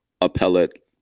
appellate